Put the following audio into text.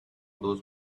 those